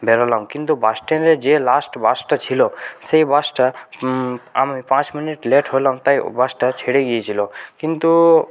বেরোলাম কিন্তু বাসস্ট্যান্ডে যে লাস্ট বাসটা ছিল সেই বাসটা আমি পাঁচ মিনিট লেট হলাম তাই বাসটা ছেড়ে গিয়েছিল কিন্তু